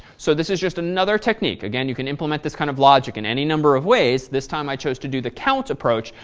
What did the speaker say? so this is just another technique. again, you can implement this kind of logic in any number of ways. this time i choose to do the count approach.